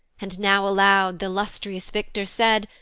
and now aloud th' illustrious victor said,